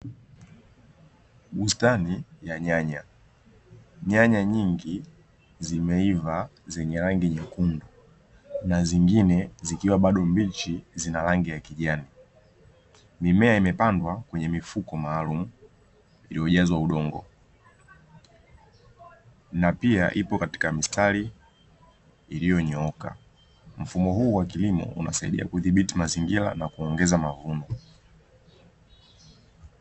Bustani ya nyanya, nyanya nyingi zimeiva zenye rangi nyekundu na zingine zikiwa bado mbichi zina rangi ya kijani. Mimea imepandwa kwenye mifuko maalumu iliyojazwa udongo na pia ipo katika mistari iliyonyooka. Mfumo huu wa kilimo unasaidia kudhibiti mazingira na kuongeza mavuno.